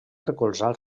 recolzar